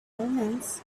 omens